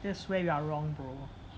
that's where you are wrong bro